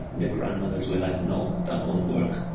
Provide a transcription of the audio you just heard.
the grandmothers were like, no, that won't work.